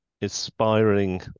inspiring